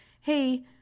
hey